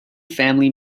family